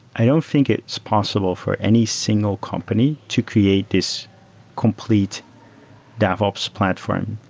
i don't think it's possible for any single company to create this complete devops platform.